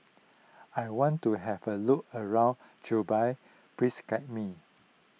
I want to have a look around Juba please guide me